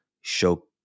show